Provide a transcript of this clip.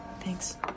Thanks